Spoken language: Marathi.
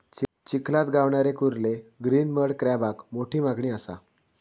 चिखलात गावणारे कुर्ले ग्रीन मड क्रॅबाक मोठी मागणी असा